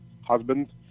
husband